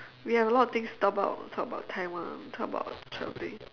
we have a lot of things to talk about talk about Taiwan talk about travelling